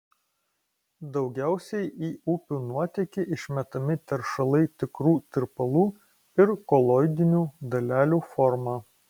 daugiausiai į upių nuotėkį išmetami teršalai tikrų tirpalų ir koloidinių dalelių forma